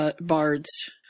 Bard's